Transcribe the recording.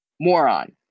moron